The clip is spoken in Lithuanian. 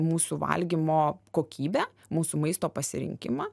mūsų valgymo kokybę mūsų maisto pasirinkimą